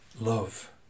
love